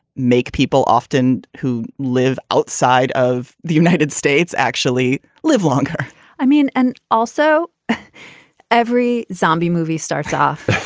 make people often who live outside of the united states actually live longer i mean, and also every zombie movie starts off